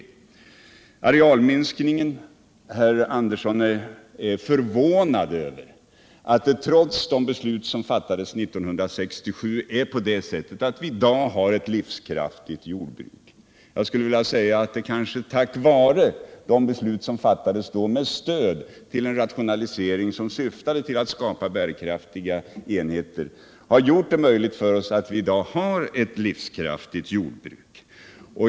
Vad beträffar arealminskningen är Arne Andersson förvånad över att det trots det beslut som fattades 1967 är på det sättet att vi i dag har ett livskraftigt jordbruk. Jag skulle vilja säga att det tack vare de beslut som fattades då om ett stöd till en rationalisering som syftade till att skapa bärkraftiga enheter har blivit möjligt för oss att i dag ha ett livskraftigt jordbruk.